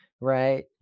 right